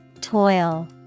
Toil